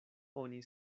oni